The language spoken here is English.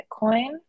bitcoin